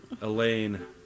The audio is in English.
Elaine